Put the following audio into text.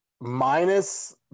minus